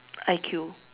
I_Q